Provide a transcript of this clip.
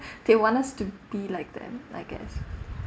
they want us to be like them I guess